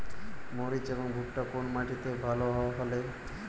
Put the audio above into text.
মরিচ এবং ভুট্টা কোন মাটি তে ভালো ফলে?